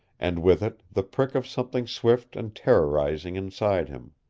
and with it the prick of something swift and terrorizing inside him.